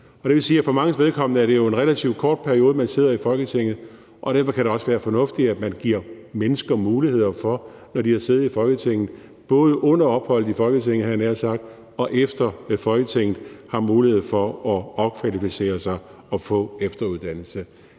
Det vil sige, at for manges vedkommende er det jo en relativt kort periode, de sidder i Folketinget, og derfor kan det også være fornuftigt, at man giver mennesker muligheder for både under opholdet i Folketinget, havde jeg nær sagt, og efter Folketinget at opkvalificere sig og få ekstra uddannelse.